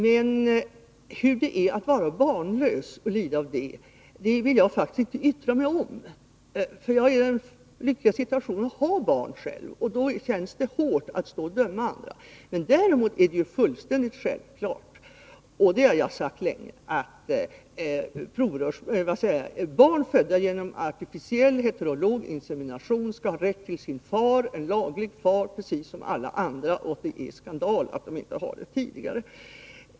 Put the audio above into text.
Men hur det är att vara barnlös och lida av det vill jag faktiskt inte yttra mig om, därför att jag är i den lyckliga situationen att ha barn själv, och då känns det hårt att stå och döma andra. Däremot är det fullständigt självklart, det har jag sagt länge, att barn som föds genom artificiell heterolog insemination skall ha rätt till sin far, en laglig far, precis som alla andra, och det är skandal att de inte har fått det tidigare.